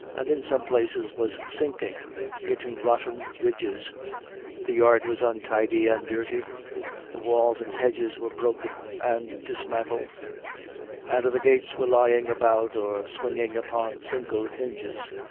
and in some places was sinking into rotten ridges the yard was untidy and dirty the walls and hedges were broken and dismantled and the gates were lying about, or swinging upon single hinges.